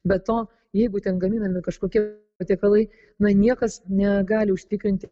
be to jeigu ten gaminami kažkokie patiekalai na niekas negali užtikrinti